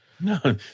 No